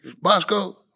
Bosco